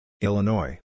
Illinois